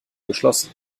geschlossen